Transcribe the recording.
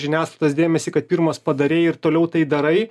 žiniasklaidos dėmesį kad pirmas padarei ir toliau tai darai